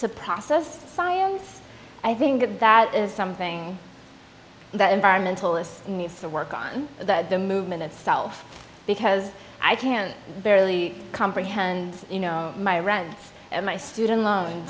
to process science i think that is something that environmentalists need to work on the movement itself because i can barely comprehend you know my rents and my student loans